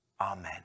Amen